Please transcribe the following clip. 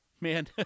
Man